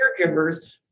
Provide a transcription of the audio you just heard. caregivers